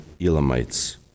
Elamites